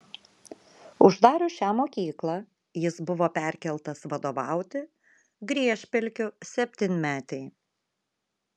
uždarius šią mokyklą jis buvo perkeltas vadovauti griežpelkių septynmetei